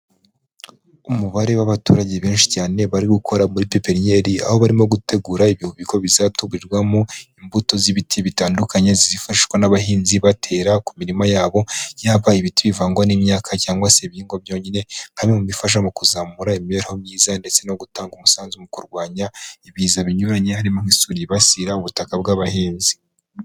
Umubare w'abaturage benshi cyane bari gukora muri pepeniyineri, aho barimo gutegura ibihubiko bizaturirwamo imbuto z'ibiti bitandukanye zifashishwa n'abahinzi batera ku mirima yabo yaba ibiti bivangwa n'imyaka cyangwa se ibihingwa byonyine nka bimwe mu bifasha mu kuzamura imibereho myiza ndetse no gutanga umusanzu mu kurwanya ibiza binyuranye harimo nk'isuri yibasira ubutaka bw'abahinzi.